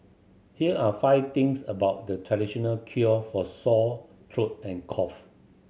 here are five things about the traditional cure for sore throat and cough